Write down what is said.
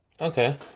Okay